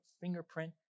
fingerprint